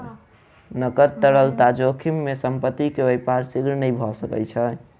नकद तरलता जोखिम में संपत्ति के व्यापार शीघ्र नै भ सकै छै